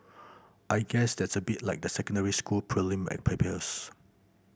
I guess that's a bit like the secondary school prelim and papers